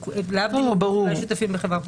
להבדיל משותפים בחברה פרטית.